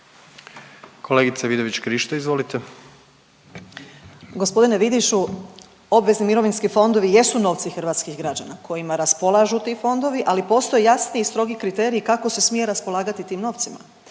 **Vidović Krišto, Karolina (OIP)** Gospodine Vidišu obvezni mirovinski fondovi jesu novci hrvatskih građana kojima raspolažu ti fondovi ali postoji jasni i strogi kriterij kako se smije raspolagati tim novcima.